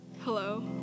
Hello